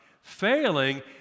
failing